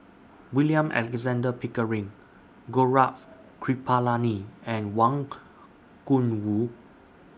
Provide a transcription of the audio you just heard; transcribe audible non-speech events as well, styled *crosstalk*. William Alexander Pickering Gaurav Kripalani and Wang *noise* Gungwu